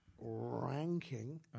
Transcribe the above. ranking